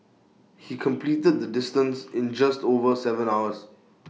he completed the distance in just over Seven hours